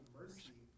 mercy